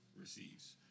receives